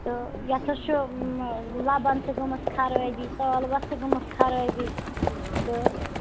تہٕ یَتھ حظ چھُ لبَن چھےٚ گٔمٕژ خرٲبی تالوَس چھےٚ گٔمٕژ خرٲبی تہٕ